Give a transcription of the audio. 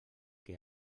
que